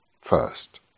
first